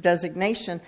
designation